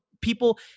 people